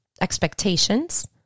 expectations